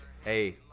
Hey